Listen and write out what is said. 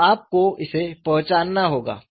तो आपको इसे पहचानना होगा